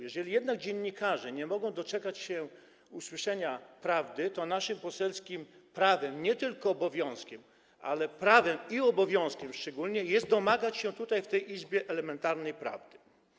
Jeżeli jednak dziennikarze nie mogą doczekać się usłyszenia prawdy, to naszym poselskim prawem, nie tylko obowiązkiem, ale prawem, obowiązkiem szczególnie, jest domagać się tutaj, w tej Izbie, elementarnej prawdy.